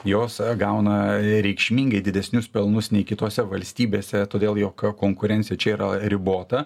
jos gauna reikšmingai didesnius pelnus nei kitose valstybėse todėl jog konkurencija čia yra ribota